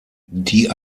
die